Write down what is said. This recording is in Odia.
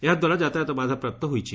ଏହାଦ୍ୱାରା ଯାତାୟତ ବାଧାପ୍ରାପ୍ତ ହୋଇଛି